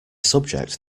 subject